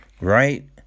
right